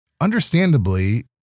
understandably